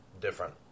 different